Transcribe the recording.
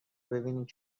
ببینید